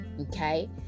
okay